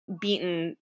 beaten